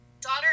daughter